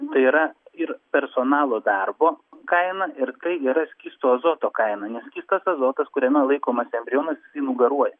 tai yra ir personalo darbo kaina ir tai yra skysto azoto kaina nes skystas azotas kuriame laikomas embrionas jisai nugaruoja